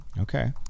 Okay